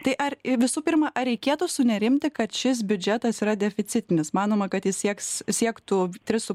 tai ar visų pirma ar reikėtų sunerimti kad šis biudžetas yra deficitinis manoma kad jis sieks siektų tris su